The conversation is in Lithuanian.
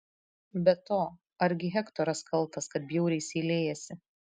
be to argi hektoras kaltas kad bjauriai seilėjasi